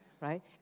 Right